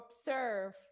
observe